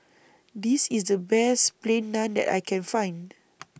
This IS The Best Plain Naan that I Can Find